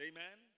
Amen